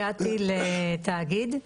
הגעתי לתאגיד,